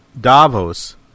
Davos